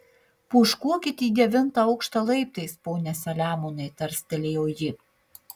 pūškuokit į devintą aukštą laiptais pone saliamonai tarstelėjo ji